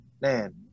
man